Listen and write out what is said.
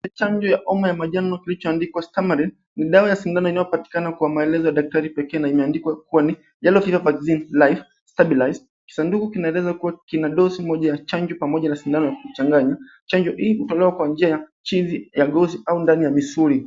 Chanjo cha oma ya manjano kilichoandikwa stamaring. Ni dawa ya sindano inayopatikana kwa maelezo ya daktari pekee na imeandikwa kuwa ni yellow berio vaccine life stabilised. Kisanduku kinaeleza kuwa kina dosi moja ya sindano pamoja na sindano ya kuchanganya. Chanjo hii hotolewa kwa njia ya chini ya goti au ndani ya misuli.